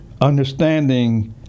understanding